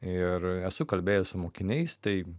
ir esu kalbėjęs su mokiniais tai